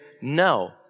no